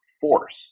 force